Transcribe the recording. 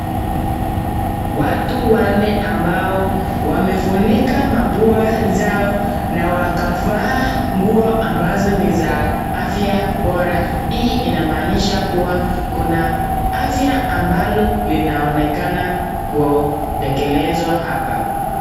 Watu wanne ambao wamefunika mapua zao na wakavaa nguo ambazo ni za afya bora hii inamaanisha kuwa kuna afya ambalo linaonekana kutekelezwa hapa.